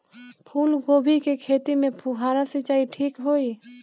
फूल गोभी के खेती में फुहारा सिंचाई ठीक होई?